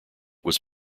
was